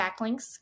backlinks